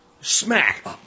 Smack